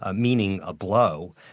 ah meaning a blow,